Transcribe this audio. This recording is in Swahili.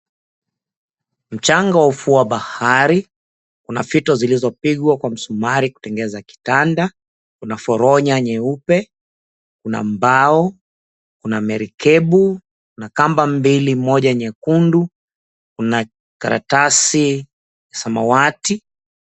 Mchanga wa ufuo wa bahari, kuna fito zilizopigwa kwa msumari kutengeza kitanda, kuna foronya nyeupe, kuna mbao, kuna merikebu na kamba mbili moja nyekundu, kuna karatasi samawati.